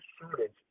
shortage